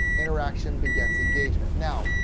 interaction begets engagement. now,